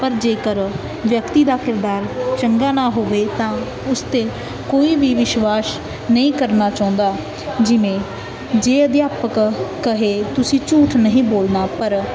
ਪਰ ਜੇਕਰ ਵਿਅਕਤੀ ਦਾ ਕਿਰਦਾਰ ਚੰਗਾ ਨਾ ਹੋਵੇ ਤਾਂ ਉਸ 'ਤੇ ਕੋਈ ਵੀ ਵਿਸ਼ਵਾਸ ਨਹੀਂ ਕਰਨਾ ਚਾਹੁੰਦਾ ਜਿਵੇਂ ਜੇ ਅਧਿਆਪਕ ਕਹੇ ਤੁਸੀਂ ਝੂਠ ਨਹੀਂ ਬੋਲਣਾ ਪਰ